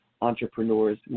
entrepreneurs